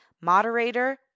moderator